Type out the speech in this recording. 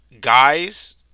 guys